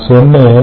நான் சொன்னேன்